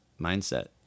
mindset